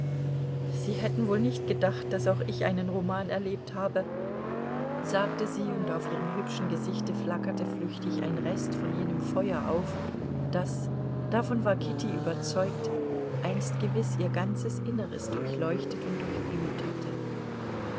sie hätten wohl nicht gedacht daß auch ich einen roman erlebt habe sagte sie und auf ihrem hübschen gesichte flackerte flüchtig ein rest von jenem feuer auf das davon war kitty überzeugt einst gewiß ihr ganzes inneres durchleuchtet und durchglüht hatte